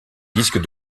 disque